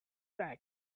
back